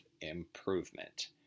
improvement